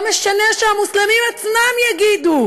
לא משנה שהמוסלמים עצמם יגידו